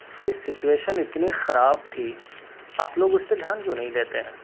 اس کی سچویشن اتنی خراب تھی آپ لوگ اس پہ دھیان کیوں نہیں دیتے ہیں